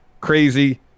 crazy